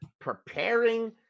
preparing